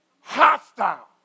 Hostile